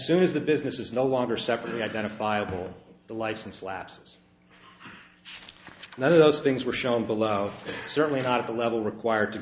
soon as the business is no longer separately identifiable the license lapses and those things were shown below certainly not at the level required to